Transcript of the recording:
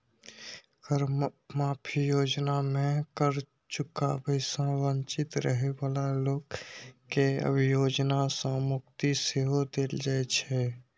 कर माफी योजना मे कर चुकाबै सं वंचित रहै बला लोक कें अभियोजन सं मुक्ति सेहो देल जाइ छै